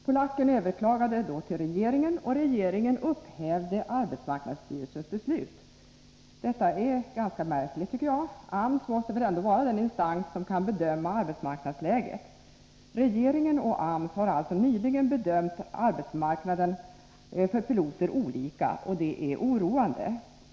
Polacken överklagade hos regeringen, och regeringen upphävde arbetsmarknadsstyrelsens beslut. Det är ganska märkligt. AMS måste väl ändå vara den instans som kan bedöma arbetsmarknadsläget. Regeringen och AMS har alltså nyligen bedömt arbetsmarknadsläget för piloter olika, och det är oroande.